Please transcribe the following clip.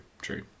true